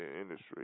industry